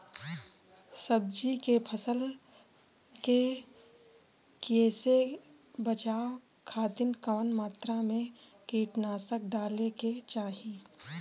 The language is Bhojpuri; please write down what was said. सब्जी के फसल के कियेसे बचाव खातिन कवन मात्रा में कीटनाशक डाले के चाही?